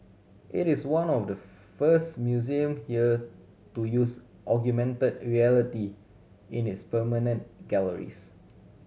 it is one of the first museum here to use augmented reality in its permanent galleries